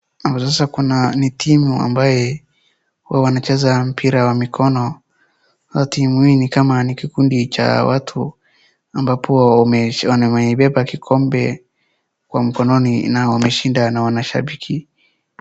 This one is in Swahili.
Sasa kuna ni timu ambaye huwa wanacheza mpira wa mikono. Sasa timu hii ni kama ni kikundi cha watu ambapo wameibeba kikombe kwa mkononi na wameshinda na wanashabiki.